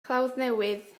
clawddnewydd